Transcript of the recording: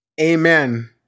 Amen